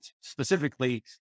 specifically